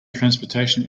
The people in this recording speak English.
transportation